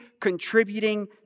contributing